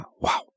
Wow